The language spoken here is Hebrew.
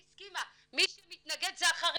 מי שמתנגד זה החרדים.